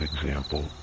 example